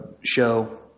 show